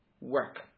work